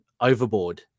overboard